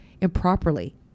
improperly